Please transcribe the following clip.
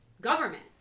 government